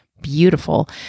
beautiful